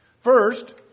First